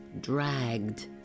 dragged